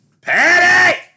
Patty